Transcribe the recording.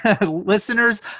Listeners